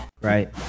Right